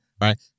Right